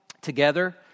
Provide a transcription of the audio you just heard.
together